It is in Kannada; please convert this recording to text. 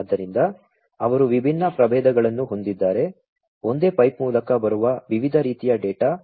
ಆದ್ದರಿಂದ ಅವರು ವಿಭಿನ್ನ ಪ್ರಭೇದಗಳನ್ನು ಹೊಂದಿದ್ದಾರೆ ಒಂದೇ ಪೈಪ್ ಮೂಲಕ ಬರುವ ವಿವಿಧ ರೀತಿಯ ಡೇಟಾ